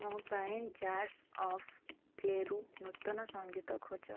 ମୋ ପାଇଁ Jars of Clay ରୁ ନୂତନ ସଂଗୀତ ଖୋଜ